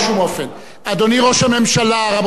אדוני ראש הממשלה, רבותי השרים,